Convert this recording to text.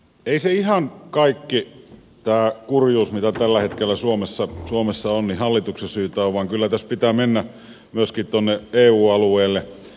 ei se ihan kaikki kurjuus mitä tällä hetkellä suomessa on hallituksen syytä ole vaan kyllä tässä pitää mennä myöskin tuonne eu alueelle